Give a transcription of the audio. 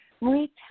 Marie